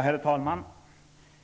Herr talman!